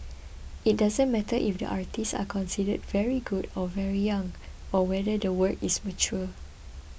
it doesn't matter if the artists are considered very good or very young or whether the work is mature